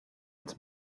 its